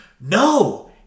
No